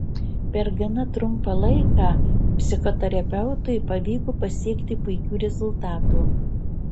per gana trumpą laiką psichoterapeutui pavyko pasiekti puikių rezultatų